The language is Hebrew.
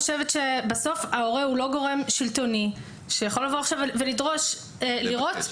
בסוף ההורה הוא לא גורם שלטוני שיכול לבוא עכשיו ולדרוש לראות.